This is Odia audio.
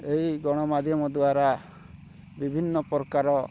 ଏଇ ଗଣମାଧ୍ୟମ ଦ୍ଵାରା ବିଭିନ୍ନ ପ୍ରକାର